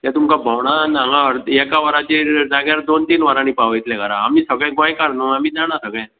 ते तुमकां भोंवडावन हांगा हाड एका वराचेर जाग्यार दोन तीन वरांनी पावयतले घरा आमी सगळे गोंयकार न्हय आमी जाणा सगळें